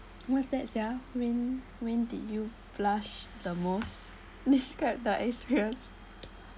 what's that sia when when did you blush the most describe the experience